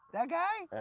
that guy?